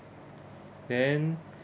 then